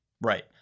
Right